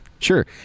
Sure